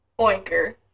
oinker